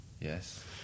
Yes